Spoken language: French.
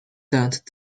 tente